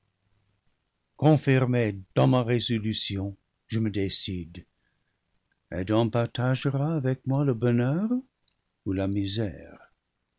mée dans ma résolution je me décide adam partagera avec moi le bonheur ou la misère